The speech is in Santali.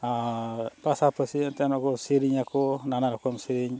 ᱟᱨ ᱯᱟᱥᱟᱯᱟᱥᱤ ᱮᱱᱛᱮᱫ ᱚᱱᱟᱠᱚ ᱥᱮᱨᱮᱧ ᱟᱠᱚ ᱱᱟᱱᱟ ᱨᱚᱠᱚᱢ ᱥᱮᱨᱮᱧ